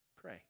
pray